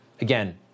Again